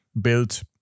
built